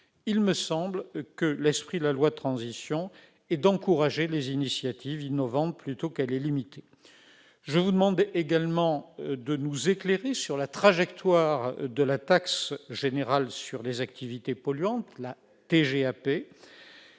Il me semble que l'esprit de la loi de transition énergétique est d'encourager les initiatives innovantes plutôt que de les limiter. Exactement ! Je vous demande également de nous éclairer sur la trajectoire de la taxe générale sur les activités polluantes, la TGAP.